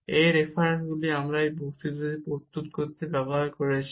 এই রেফারেন্সগুলি আমরা এই বক্তৃতাগুলি প্রস্তুত করতে ব্যবহার করেছি